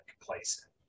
complacent